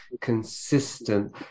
consistent